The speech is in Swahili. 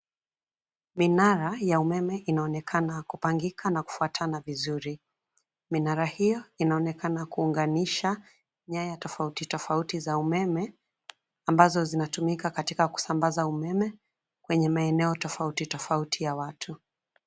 Minara ya umeme inaonekana kupangika na kufuatana vizuri, minara hiyo inaonekana kuunganisha nyaya tofauti tofauti za umeme ambazo zinatumika katika kusambaza umeme kwenye maeneo tofauti tofauti ya watu.